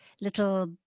little